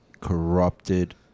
corrupted